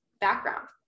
background